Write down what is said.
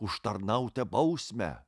užtarnautą bausmę